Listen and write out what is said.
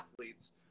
athletes